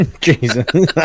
Jesus